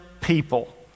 people